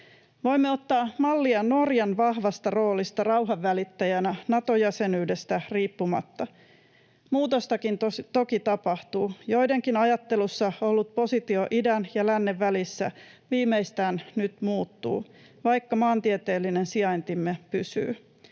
Voimme ottaa mallia Norjan vahvasta roolista rauhanvälittäjänä Nato-jäsenyydestä riippumatta. Muutostakin toki tapahtuu. Joidenkin ajattelussa ollut positio idän ja lännen välissä viimeistään nyt muuttuu, vaikka maantieteellinen sijaintimme pysyy.